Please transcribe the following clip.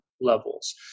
levels